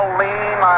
lean